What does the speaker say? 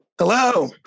Hello